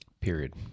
Period